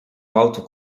alto